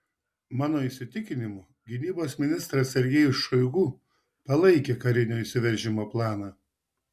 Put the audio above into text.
mano įsitikinimu gynybos ministras sergejus šoigu palaikė karinio įsiveržimo planą